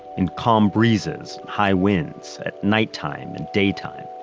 and calm breezes, high winds at nighttime and daytime.